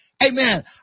amen